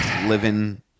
living